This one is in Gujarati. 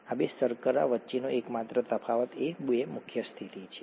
આ બે શર્કરા વચ્ચેનો એકમાત્ર તફાવત એ બે મુખ્ય સ્થિતિ છે